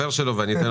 כי יש פה